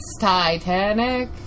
Titanic